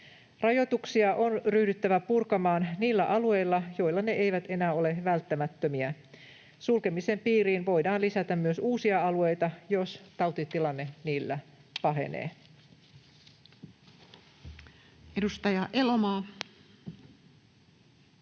Rajoituksia on ryhdyttävä purkamaan niillä alueilla, joilla ne eivät enää ole välttämättömiä. Sulkemisen piiriin voidaan lisätä myös uusia alueita, jos tautitilanne niillä pahenee. [Speech 30]